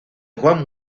juan